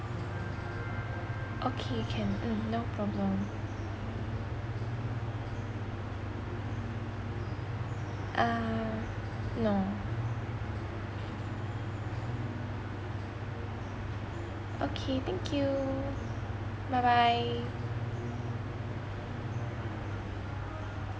okay can mm no problem ah no okay thank you bye bye